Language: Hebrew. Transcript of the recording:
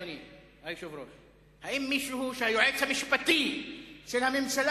אדוני היושב-ראש: מישהו שהיועץ המשפטי של הממשלה